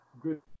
good